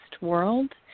world